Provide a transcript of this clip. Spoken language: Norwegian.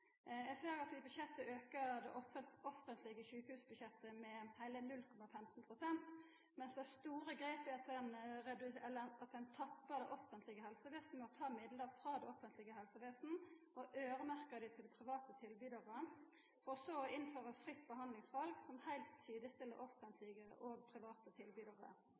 Eg ser at dei i budsjettet aukar det offentlege sjukehusbudsjettet med heile 0,15 pst., mens dei store grepa er at dei tappar det offentlege helsevesenet ved å ta midlar frå det og øyremerke dei til private tilbydarar for så å innføra fritt behandlingsval som heilt sidestiller offentlege og private